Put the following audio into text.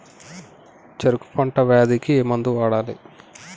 చెరుకు పంట వ్యాధి కి ఏ మందు వాడాలి?